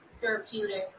therapeutic